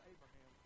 Abraham